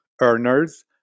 earners